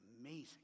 Amazing